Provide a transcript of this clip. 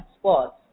sports